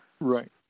Right